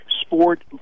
sport